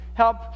help